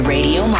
Radio